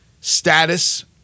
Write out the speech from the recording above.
status